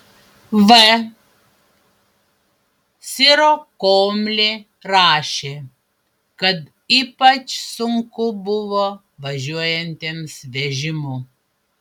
v sirokomlė rašė kad ypač sunku buvo važiuojantiems vežimu